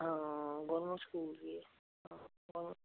ਹਾਂ government school ਹੀ ਹੈ ਹਾਂ ਹੋਰ